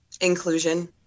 inclusion